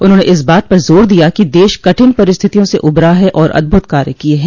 उन्होंने इस बात पर जोर दिया कि देश कठिन परिस्थितियों से उबरा है और अद्भुत कार्य किये हैं